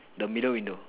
the middle window